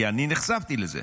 כי אני נחשפתי לזה,